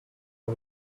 for